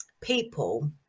people